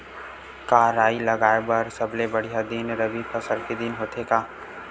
का राई लगाय बर सबले बढ़िया दिन रबी फसल के दिन होथे का?